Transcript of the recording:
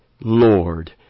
Lord